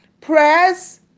prayers